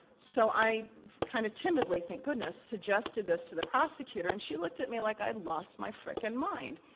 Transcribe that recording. so, i kind of, timidly, thank goodness, suggested this to the prosecutor, and she looked at me like i'd lost my frickin' mind.